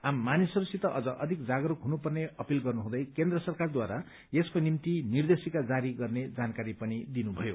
आम मानिसहरूसित अझ अधिक जागरूक हुनु पर्ने अपिल गर्नुहुँदै केन्द्र सरकारद्वारा यसको निम्ति निर्देशिका जारी गर्ने जानकारी पनि दिनुभयो